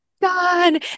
done